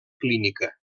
clínica